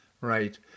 Right